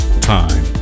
Time